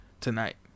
tonight